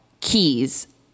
keys